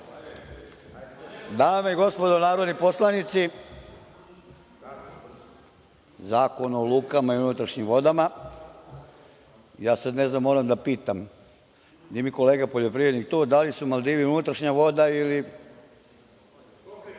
Dame i gospodo narodni poslanici, Zakon o lukama i unutrašnjim vodama, ne znam, moram da pitam, nije mi kolega poljoprivrednik tu, da li su Maldivi unutrašnja voda ili…